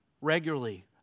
regularly